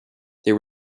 there